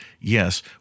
yes